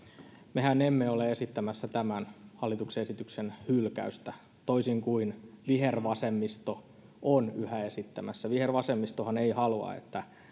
mehän emme ole esittämässä tämän hallituksen esityksen hylkäystä toisin kuin vihervasemmisto on yhä esittämässä vihervasemmistohan ei halua että